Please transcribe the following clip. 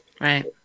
Right